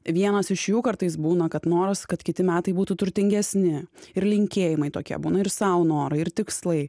vienas iš jų kartais būna kad noras kad kiti metai būtų turtingesni ir linkėjimai tokie būna ir sau norai ir tikslai